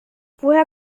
woher